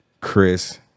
Chris